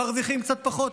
מרוויחים קצת פחות,